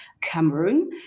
Cameroon